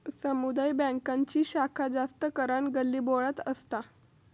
समुदाय बॅन्कांची शाखा जास्त करान गल्लीबोळ्यात असता